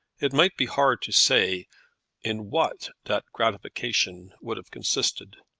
it might be hard to say in what that gratification would have consisted.